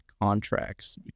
contracts